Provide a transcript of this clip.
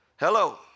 Hello